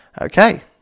Okay